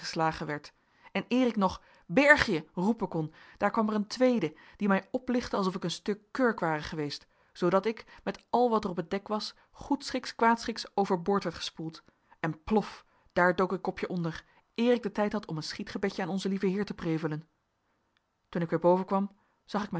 geslagen werd en eer ik nog berg je roepen kon daar kwam er een tweede die mij oplichtte alsof ik een stuk kurk ware geweest zoodat ik met al wat er op het dek was goedschiks kwaadschiks overboord werd gespoeld en plof daar dook ik kopje onder eer ik den tijd had om een schietgebedje aan onzen lieven heer te prevelen toen ik weer boven kwam zag ik